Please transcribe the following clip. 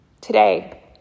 Today